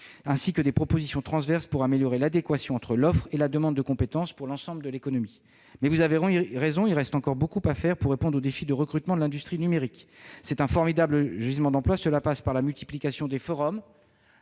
ainsi que de propositions transverses pour améliorer l'adéquation entre l'offre et la demande de compétences pour l'ensemble de l'économie. Il reste encore beaucoup à faire pour relever le défi du recrutement dans l'industrie numérique, qui est un formidable gisement d'emplois. Cela passe par la multiplication des forums